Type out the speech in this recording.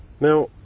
Now